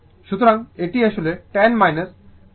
সুতরাং এটি আসলে 10 j 10 Ω হয়ে উঠছে